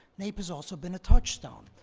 naep has also been a touchstone,